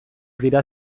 dira